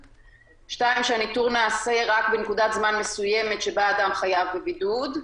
(2) הניטור נעשה רק בנקודת זמן מסוימת שבה אדם חייב בבידוד,